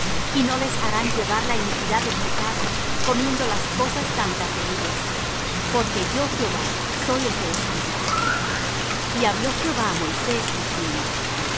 y no les harán llevar la iniquidad del pecado comiendo las cosas santas de ellos porque yo jehová soy el que los santifico y habló jehová á moisés diciendo